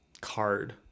card